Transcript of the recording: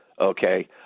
okay –